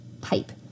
pipe